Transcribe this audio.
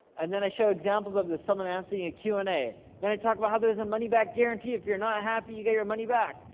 and then i show examples of this, some announcing, and q and a. them i talk about how there's a money-back guarantee. if you're not happy, you get your money back.